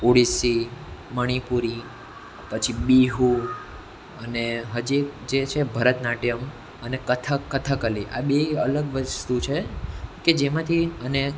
ઉડીસ્સી મણિપુરી પછી બિહુ અને હજી એક જે છે ભરતનાટ્યમ અને કથ કથક્કલી આ બેય અલગ વસ્તુ છે કે જેમાંથી અને